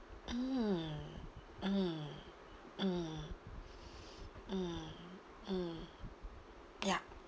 mm mm mm mm mm ya